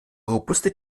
robuste